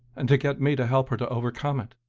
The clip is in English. and to get me to help her to overcome it.